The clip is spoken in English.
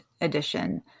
edition